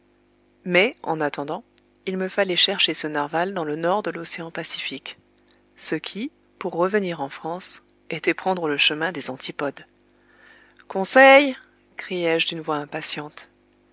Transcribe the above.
mais en attendant il me fallait chercher ce narwal dans le nord de l'océan pacifique ce qui pour revenir en france était prendre le chemin des antipodes conseil criai-je d'une voix impatiente